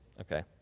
Okay